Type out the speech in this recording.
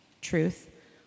truth